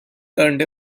turned